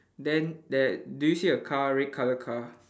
then there do you see a car red colour car